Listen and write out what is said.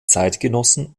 zeitgenossen